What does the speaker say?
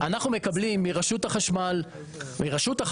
אנחנו מקבלים מרשות החשמל מכתבים,